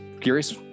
curious